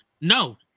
No